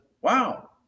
wow